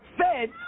fed